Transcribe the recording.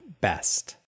best